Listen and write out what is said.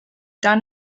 done